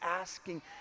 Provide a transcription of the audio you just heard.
asking